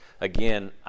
again